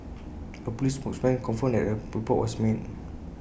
A Police spokesman confirmed that A report was made